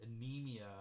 anemia